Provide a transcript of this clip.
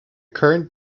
current